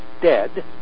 dead